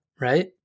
Right